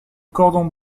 cordon